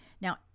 Now